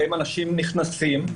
בהם אנשים נכנסים,